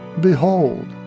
behold